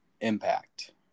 Impact